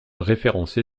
référencé